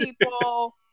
people